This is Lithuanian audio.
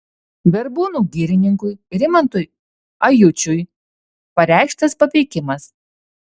verbūnų girininkui rimantui ajučiui pareikštas papeikimas